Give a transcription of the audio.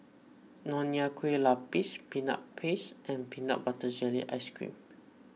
Nonya Kueh Lapis Peanut Paste and Peanut Butter Jelly Ice Cream